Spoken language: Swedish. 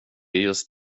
just